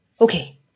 Okay